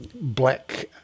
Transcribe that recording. black